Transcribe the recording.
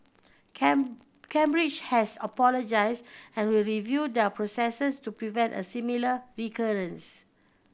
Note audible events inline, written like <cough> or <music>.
<unintelligible> Cambridge has apologised and will review their processes to prevent a similar recurrence